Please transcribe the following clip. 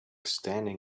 standing